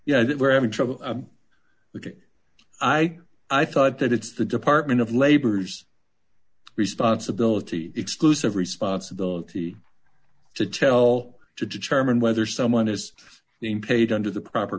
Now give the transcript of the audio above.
that we're having trouble looking i i thought that it's the department of labor's responsibility exclusive responsibility to tell to determine whether someone is being paid under the proper